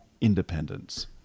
independence